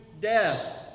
death